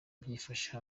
byifashe